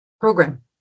program